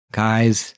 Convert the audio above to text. guys